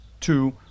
Two